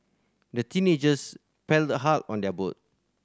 the teenagers paddled hard on their boat